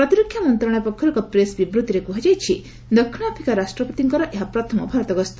ପ୍ରତିରକ୍ଷା ମନ୍ତ୍ରଣାଳୟ ପକ୍ଷର୍ ଏକ ପ୍ରେସ୍ ବିବୃତ୍ତିରେ କୃହାଯାଇଛି ଦକ୍ଷିଣ ଆଫ୍ରିକା ରାଷ୍ଟ୍ରପତିଙ୍କର ଏହା ପ୍ରଥମ ଭାରତ ଗସ୍ତ